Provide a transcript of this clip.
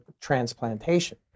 transplantation